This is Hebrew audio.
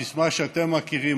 הסיסמה שאתם מכירים,